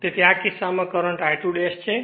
તેથી આ કિસ્સામાં આ કરંટ I2 છે